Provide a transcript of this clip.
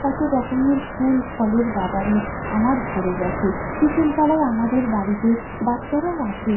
কত রকমের ফুল ফলের বাগানে আমার ভরে গিয়েছে বিকেলবেলায় আমাদের বাড়িতে বাচ্চারাও আসে